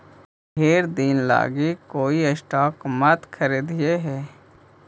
ढेर दिन लागी कोई स्टॉक मत खारीदिहें